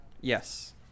Yes